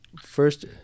first